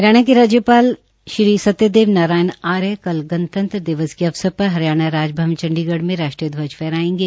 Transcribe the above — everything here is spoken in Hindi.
हरियाणा के राज्यपाल श्री सत्यदेव नारायण आर्य कल गणतंत्र दिवस के अवसर पर हरियाणा राजभवन चंडीगढ़ में राष्ट्रीय ध्वज फहराएंगे